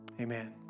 amen